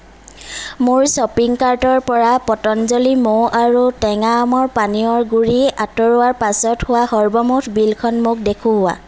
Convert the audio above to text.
মোৰ শ্বপিং কাৰ্টৰ পৰা পতঞ্জলী মৌ আৰু টেঙা আমৰ পানীয়ৰ গুড়ি আঁতৰোৱাৰ পাছত হোৱা সৰ্বমুঠ বিলখন মোক দেখুওৱা